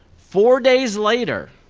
four days later,